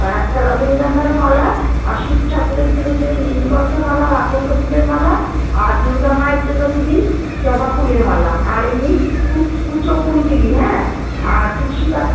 একটা রজনীগন্ধারও মালা আর শিব ঠাকুরের জন্যে নীলকণ্ঠ মালা আর আকন্দ ফুলের মালা আর দুর্গা মায়ের জন্য দিবি জবা ফুলের মালা আর এমনি কুচ কুচো ফুল দিবি হ্যাঁ আর তুলসী পাতা